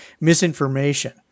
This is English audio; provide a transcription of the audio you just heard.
misinformation